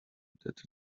that